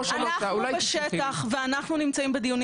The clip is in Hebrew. אולי --- אנחנו בשטח ואנחנו נמצאים בדיונים,